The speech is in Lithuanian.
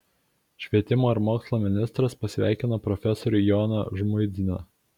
švietimo ir mokslo ministras pasveikino profesorių joną žmuidziną